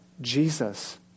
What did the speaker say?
Jesus